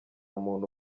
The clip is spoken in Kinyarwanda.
muntu